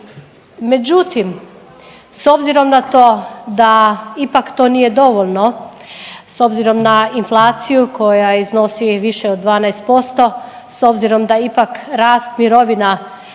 međutim, s obzirom na to da ipak to nije dovoljno, s obzirom na inflaciju koja iznosi više od 12%, s obzirom da ipak rast mirovina